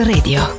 Radio